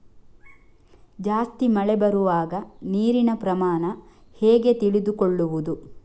ಜಾಸ್ತಿ ಮಳೆ ಬರುವಾಗ ನೀರಿನ ಪ್ರಮಾಣ ಹೇಗೆ ತಿಳಿದುಕೊಳ್ಳುವುದು?